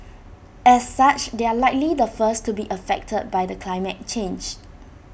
as such they are likely the first to be affected by the climate change